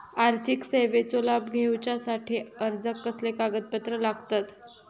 आर्थिक सेवेचो लाभ घेवच्यासाठी अर्जाक कसले कागदपत्र लागतत?